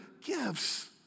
gifts